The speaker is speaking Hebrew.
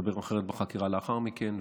והסתבר בחקירה לאחר מכן,